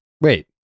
wait